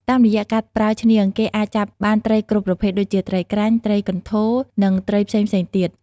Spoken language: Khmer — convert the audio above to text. តាមរយៈការប្រើឈ្នាង គេអាចចាប់បានត្រីគ្រប់ប្រភេទ ដូចជាត្រីក្រាញ់ ត្រីកន្ធរ និងត្រីផ្សេងៗទៀត។